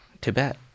Tibet